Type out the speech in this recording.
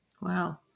Wow